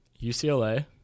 UCLA